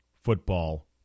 football